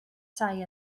tai